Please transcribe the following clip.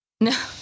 No